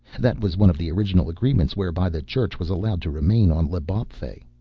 that was one of the original agreements whereby the church was allowed to remain on l'bawpfey.